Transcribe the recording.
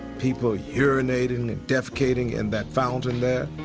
people urinating and defecating in that fountain there.